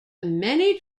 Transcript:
many